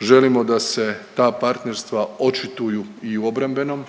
Želimo da se ta partnerstva očituju i u obrambenom